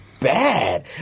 bad